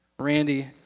Randy